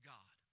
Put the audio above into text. God